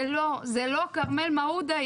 זה לא, זה לא כרמל מעודה.